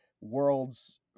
Worlds